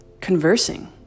conversing